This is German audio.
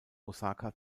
osaka